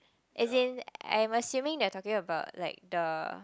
is it I'm assuming that talking about like the